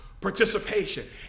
participation